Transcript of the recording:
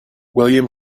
william